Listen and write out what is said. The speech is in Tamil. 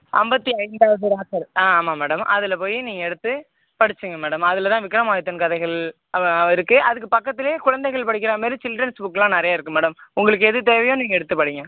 ஐம்பத்தி ஐந்தாவது லாக்கர் ஆ ஆமாம் மேடம் அதில் போய் நீங்கள் எடுத்து படிச்சுகங்க மேடம் அதில் தான் விக்ரமாதித்தன் கதைகள் ஆ அது இருக்கு அதுக்கு பக்கத்திலையே குழந்தைகள் படிக்கிற மாதிரி ச்சில்ரன்ஸ் புக்குலாம் நிறைய இருக்கு மேடம் உங்களுக்கு எது தேவையோ நீங்கள் எடுத்து படிங்க